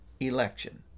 Election